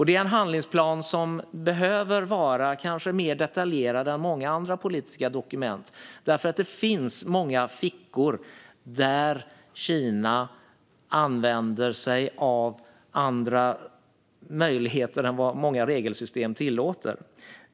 Denna plan behöver vara mer detaljerad än många andra politiska dokument, för det finns många fickor där Kina använder sig av andra möjligheter än vad många regelsystem tillåter.